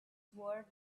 sword